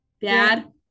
Dad